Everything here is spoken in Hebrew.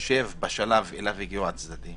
בהתחשב בשלב שאליו הגיעו הצדדים